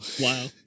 Wow